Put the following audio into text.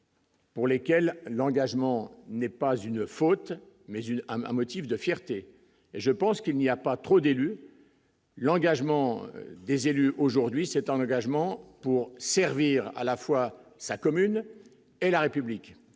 Pour lesquels l'engagement n'est pas une faute, mais une à motifs de fierté et je pense qu'il n'y a pas trop d'élus. L'engagement des élus aujourd'hui cet engagement pour servir à la fois sa commune et la République,